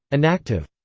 inactive.